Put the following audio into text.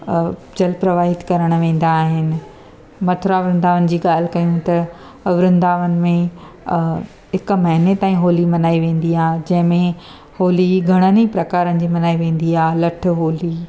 अ जल प्रवाहित करणु वेंदा आहिनि मथुरा वृन्दावन जी ॻाल्हि कयूं त वृन्दावन में अ इकु महिने ताईं होली मल्हाई वेंदी आहे जंहिंमें होली ई घणनि ई प्रकारनि जी मल्हाई वेंदी आहे लठ होली